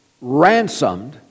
ransomed